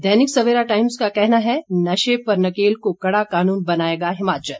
दैनिक Savera Times का कहना है नशे पर नकेल को कड़ा कानून बनाएगा हिमाचल